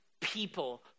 people